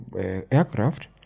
aircraft